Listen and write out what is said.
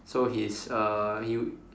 so he's uh you